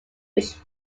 which